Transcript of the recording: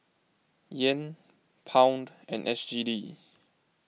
Yen Pound and S G D